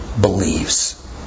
believes